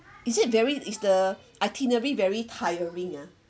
is it very is the itinerary very tiring ah